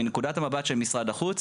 מנקודת המבט של משרד החוץ.